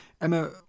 Emma